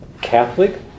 Catholic